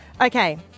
Okay